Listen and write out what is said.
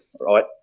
right